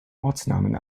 ortsnamen